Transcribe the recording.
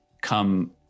come